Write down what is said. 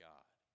God